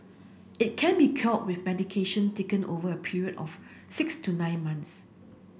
it can be cured with medication taken over a period of six to nine months